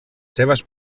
seves